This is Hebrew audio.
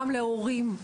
גם להורים,